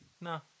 No